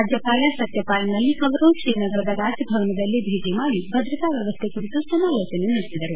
ರಾಜ್ವಪಾಲ ಸತ್ಯಪಾಲ್ ಮಲ್ಲಿಕ್ ಅವರನ್ನು ಶ್ರೀನಗರದ ರಾಜಭವನದಲ್ಲಿ ಭೇಟ ಮಾಡಿ ಭದ್ರತಾ ವ್ಯವಸ್ಥೆ ಕುರಿತು ಸಮಾಲೋಚನೆ ನಡೆಸಿದರು